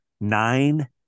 nine